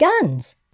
guns